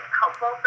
helpful